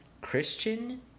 Christian